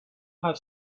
have